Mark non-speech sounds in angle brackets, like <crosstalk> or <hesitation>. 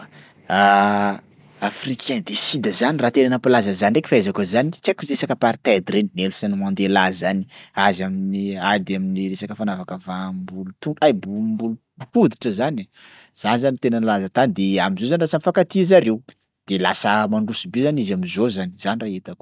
Eoa, <hesitation> africains du sud zany raha tena nampahalaza zany ndraiky fahaizako an'zany tsy haiko resaka Apartheid reny Nelson Mandela zany. Azy amin'ny ady amin'ny resaka fanavakavaham-boloto- ay bol- bolon-koditra zany e, zany zany tena nalaza tany de am'zao zany lasa mifankatia zareo de lasa mandroso be zany izy am'zao zany, zany raha hitako.